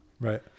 Right